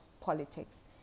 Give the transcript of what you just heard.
politics